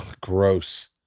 gross